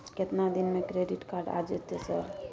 केतना दिन में क्रेडिट कार्ड आ जेतै सर?